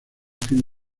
fin